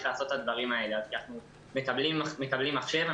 אנחנו מקבלים מחשב,